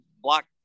block